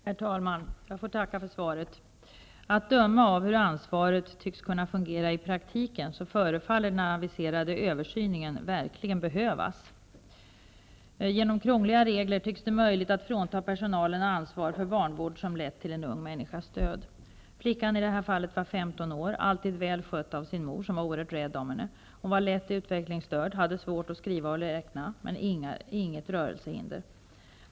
Herr talman! Jag får tacka för svaret. Att döma av hur ansvaret tycks kunna fungera i praktiken, förefaller den aviserade översynen verkligen behövas. Genom krångliga regler tycks det vara möjligt att frånta personalen ansvar för vanvård som lett till en ung människas död. Flickan i det här fallet var 15 år, alltid väl skött av sin mor, som var oerhört rädd om henne. Flickan var lätt utvecklingsstörd. Hon hade svårt att skriva och räkna, men hon hade inget rörelsehinder.